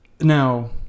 Now